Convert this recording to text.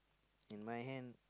in my hand